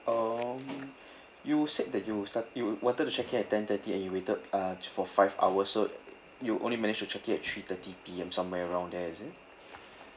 um you said that you start you wanted to check in at ten thirty and you waited uh for five hours so you only manage to check in at three thirty P_M somewhere around there is it